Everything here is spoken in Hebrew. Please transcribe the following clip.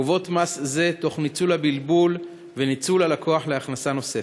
גובות מס זה תוך ניצול הבלבול וניצול הלקוח להכנסה נוספת.